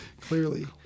Clearly